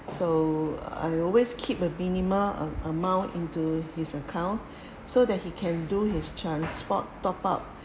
so I always keep a minimal a~ amount into his account so that he can do his transport top up